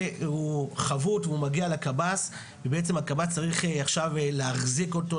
והוא חבוט והוא מגיע לקב"ס ובעצם הקב"ס צריך עכשיו להחזיק אותו,